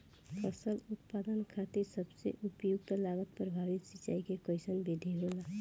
फसल उत्पादन खातिर सबसे उपयुक्त लागत प्रभावी सिंचाई के कइसन विधि होला?